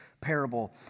parable